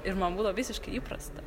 ir man būdo visiškai įprasta